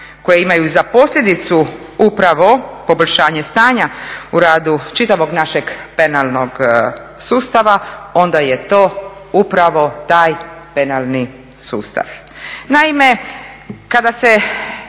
koja imaju za posljedicu upravo poboljšanje stanja u radu čitavog našeg penalnog sustava, onda je to upravo taj penalni sustav.